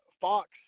Fox